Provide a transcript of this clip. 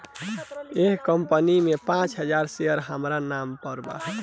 एह कंपनी के पांच हजार शेयर हामरा नाम पर बा